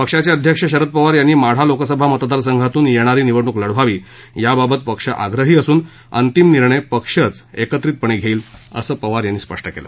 पक्षाचे अध्यक्ष शरद पवार यांनी माढा लोकसभा मतदार संघातून येणारी निवडणूक लढवावी याबाबत पक्ष आग्रही असून अंतिम निर्णय पक्षच एकत्रितपणे घेईल असं अजित पवार यांनी स्पष्ट केलं